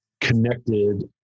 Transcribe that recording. connected